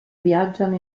viaggiano